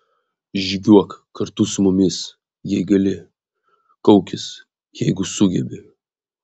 žygiuok kartu su mumis jei gali kaukis jeigu sugebi